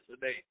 today